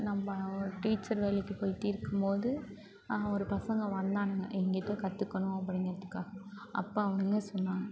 நம்ம ஒரு டீச்சர் வேலைக்கு போயிட்டு இருக்கும் போது ஒரு பசங்க வந்தானுங்க என்கிட்ட கற்றுக்கணும் அப்படிங்குறதுக்காக அப்போ அவனுங்க சொன்னாங்க